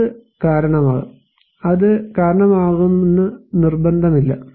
അത് കാരണമാകാം അത് കാരണമാകുമെന്ന് നിർബന്ധമില്ല